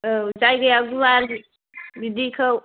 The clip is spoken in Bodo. औ जायगाया गुवार बिदिखौ